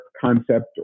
concept